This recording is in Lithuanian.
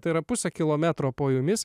tai yra pusę kilometro po jomis